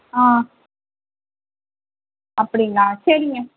ஆ அப்படிங்களா சரிங்க